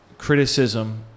criticism